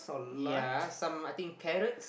yea some I think carrots